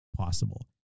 possible